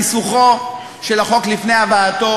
והם מקבלים את ההטבה.